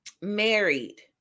married